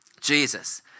Jesus